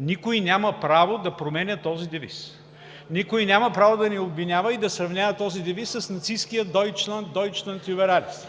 Никой няма право да променя този девиз. Никой няма право да ни обвинява и да сравнява този девиз с нацисткия: „Дойчланд, дойчланд юбер алес!“